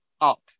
up